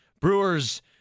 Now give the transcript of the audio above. Brewers